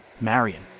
Marion